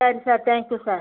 சரி sir thank you sir